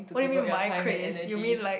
why wait my crest you mean like